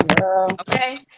okay